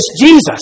Jesus